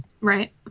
Right